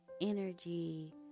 energy